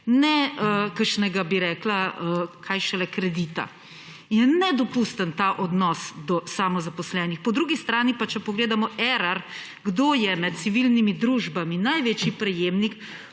ne bolniške, kaj šele kredita. Je nedopusten ta odnos do samozaposlenih. Po drugi strani pa, če pogledamo Erar, kdo je med civilnimi družbami največji prejemnik,